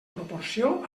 proporció